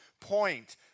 point